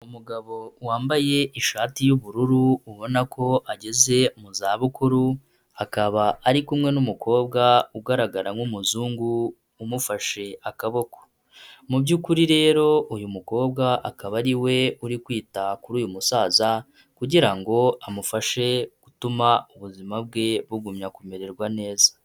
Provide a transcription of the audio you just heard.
Umugabo wambaye ishati y'ubururu ubona ko ageze mu za bukuru akaba ari kumwe n'umukobwa ugaragara nk'umuzungu umufashe akaboko, mu by'ukuri rero uyu mukobwa akaba ariwe uri kwita kuri uyu musaza kugira ngo amufashe gutuma ubuzima bwe bugumya kumererwa neza.